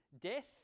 Death